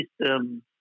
system